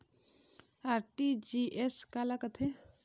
RTGS काला कथें?